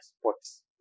sports